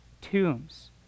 tombs